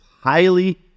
highly